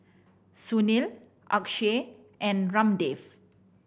Sunil Akshay and Ramdev